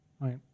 Right